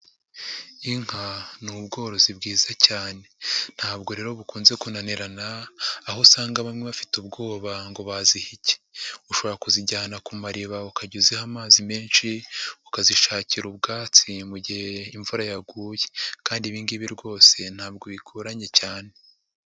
Inka ni ubworozi bwiza cyane, ntabwo rero bukunze kunanirana aho usanga bamwe bafite ubwoba ngo baziha iki. Ushobora kuzijyana ku mariba ukajya uziha amazi menshi, ukazishakira ubwatsi mugihe imvura yaguye, kandi ibingibi rwose ntabwo bigoranye cyane.